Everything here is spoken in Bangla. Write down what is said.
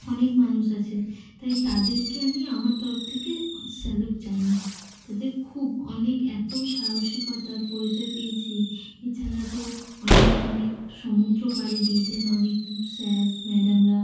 অনেক মানুষ আছে তাই তাদেরকে আমি আমার তরফ থেকে স্যালুট জানাই তাদের খুব অনেক এত সাহসিকতার পরিচয় পেয়েছি এছাড়া তো অনেক অনেক সমুদ্র পাড়ি দিয়েছেন অনেক স্যার ম্যাডামরা